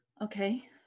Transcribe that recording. Okay